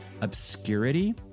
obscurity